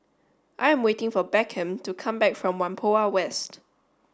I am waiting for Beckham to come back from Whampoa West